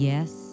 Yes